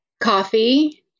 Coffee